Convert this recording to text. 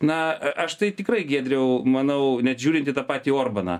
na aš tai tikrai giedriau manau net žiūrint į tą patį orbaną